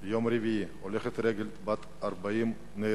יום רביעי, הולכת רגל בת 40 נהרגה,